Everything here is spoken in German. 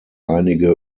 einige